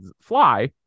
fly